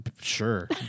Sure